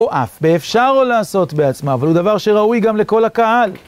או אף, באפשר או לעשות בעצמה, אבל הוא דבר שראוי גם לכל הקהל.